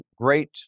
great